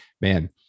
man